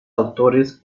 autores